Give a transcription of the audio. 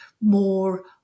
more